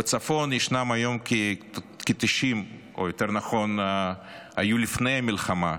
בצפון ישנם היום, או יותר נכון היו לפני המלחמה,